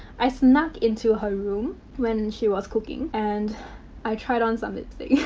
i snuck into her room when she was cooking and i tried on some lipstick.